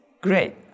great